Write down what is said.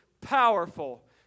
powerful